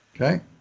okay